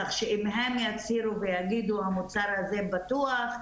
כך שאם הם יצהירו ויגידו שהמוצר בטוח,